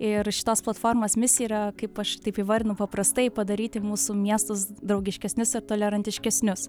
ir šitos platformos misija yra kaip aš taip įvardinu paprastai padaryti mūsų miestus draugiškesnius ir tolerantiškesnius